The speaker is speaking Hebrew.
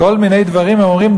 בכל מיני דברים הם אומרים,